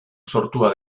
sortua